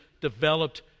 developed